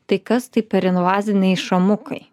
tai kas tai per invaziniai šamukai